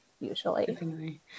usually